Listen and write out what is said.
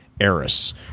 Eris